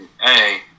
Hey